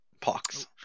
Pox